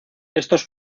estos